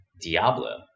Diablo